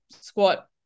squat